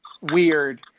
weird